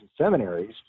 seminaries